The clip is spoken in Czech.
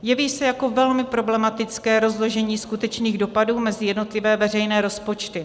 Jeví se jako velmi problematické rozložení skutečných dopadů mezi jednotlivé veřejné rozpočty.